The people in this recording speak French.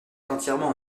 entièrement